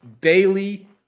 daily